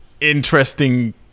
interesting